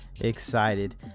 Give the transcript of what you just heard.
excited